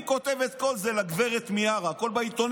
אני כותב את כל זה לגב' מיארה, הכול בעיתונים.